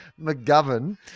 McGovern